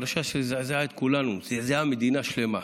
פרשה שזעזעה את כולנו, זעזעה מדינה שלמה,